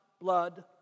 blood